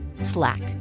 Slack